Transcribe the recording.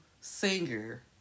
singer